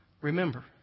remember